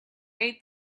hate